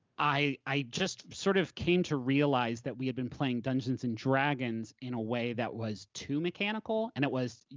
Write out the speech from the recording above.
i just sort of came to realize that we had been playing dungeons and dragons in a way that was too mechanical and it was,